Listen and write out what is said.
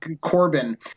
Corbin